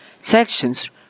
Sections